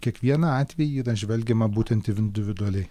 kiekvieną atvejį yra žvelgiama būtent individualiai